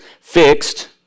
fixed